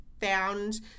found